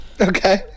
Okay